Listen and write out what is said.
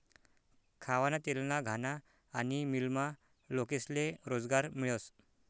खावाना तेलना घाना आनी मीलमा लोकेस्ले रोजगार मियस